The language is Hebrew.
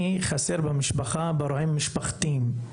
אני חסר למשפחה באירועים משפחתיים.